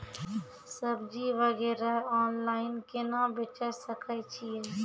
सब्जी वगैरह ऑनलाइन केना बेचे सकय छियै?